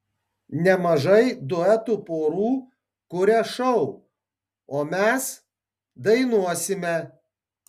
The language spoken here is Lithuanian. nemažai duetų porų kuria šou o mes dainuosime